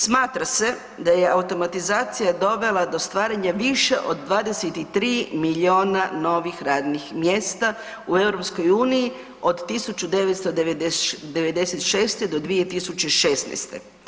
Smatra se da je automatizacija dovela do stvaranje više od 23 milijuna novih radnih mjesta u EU od 1996. do 2016.